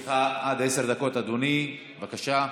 לרשותך עד עשר דקות, אדוני, בבקשה.